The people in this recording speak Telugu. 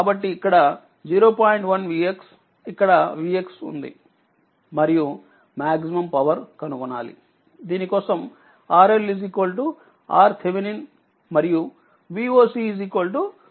1Vx ఇక్కడVx ఉంది మరియుమాక్సిమం పవర్ కనుగొనాలి దీని కోసం RL RThevenin మరియుVocVThevenin